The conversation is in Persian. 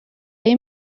های